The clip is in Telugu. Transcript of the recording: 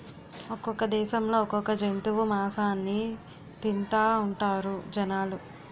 ఒక్కొక్క దేశంలో ఒక్కొక్క జంతువు మాసాన్ని తింతాఉంటారు జనాలు